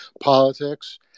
politics